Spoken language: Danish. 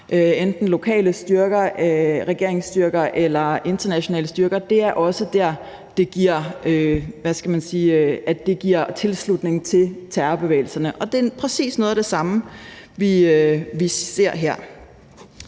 enten lokale regeringsstyrker eller internationale styrker, også er der, hvor det giver tilslutning til terrorbevægelserne. Og det er præcis noget af det samme, vi ser her.